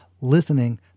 Listening